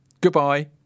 goodbye